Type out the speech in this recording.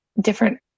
different